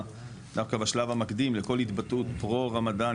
דווקא בשלב המקדים לכל התבטאות פרו-רמדאן,